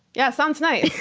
yeah. sounds nice.